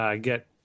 get